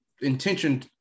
intention